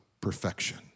perfection